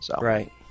Right